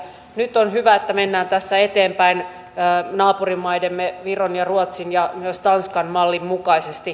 nyt on hyvä että mennään tässä eteenpäin naapurimaidemme viron ja ruotsin ja myös tanskan mallin mukaisesti